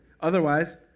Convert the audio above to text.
Otherwise